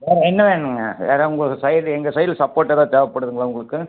வேறு என்ன வேணும்ங்க வேறு உங்களுக்கு சைடில் எங்கள் சைடில் சப்போர்ட் ஏதாவது தேவைப்படுதுங்களா உங்களுக்கு